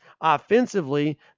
offensively